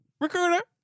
Recruiter